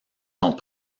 sont